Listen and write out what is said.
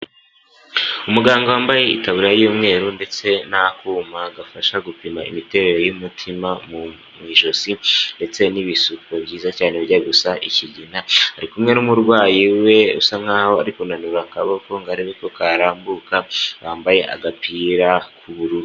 Umuganga wambaye itaburiya y'umweru ndetse n'akuma gafasha gupima imiterere y'umutima mu ijosi ndetse n'ibisuko byiza cyane bijya gusa ikigina, ari kumwe n'umurwayi we usa nkaho ari kunanura akaboko ngo arebe ko karambuka wambaye agapira k'ubururu.